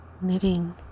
Knitting